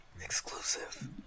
exclusive